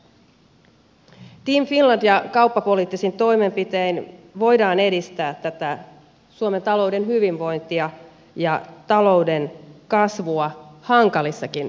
team finlandin avulla ja kauppapoliittisin toimenpitein voidaan edistää tätä suomen talouden hyvinvointia ja talouden kasvua hankalissakin tilanteissa